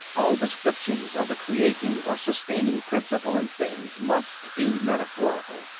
all descriptions of the creating or sustaining principle in things must be metaphorical,